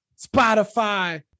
Spotify